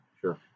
Sure